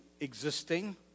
existing